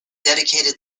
dedicated